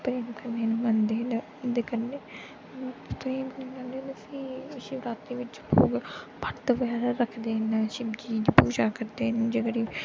प्रेम कन्नै मिलदे उं'दे कन्नै शिवरात्री उप्पर बरत बगैरा रखदे न शिवजी दी पूजा करदे न जेह्ड़े